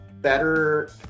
better